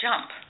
jump